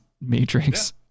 Matrix